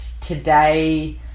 today